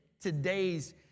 today's